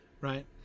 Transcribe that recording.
right